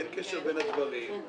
אין קשר בין הדברים.